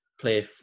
play